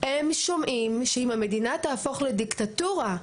הם שומעים שאם המדינה תהפוך לדיקטטורה,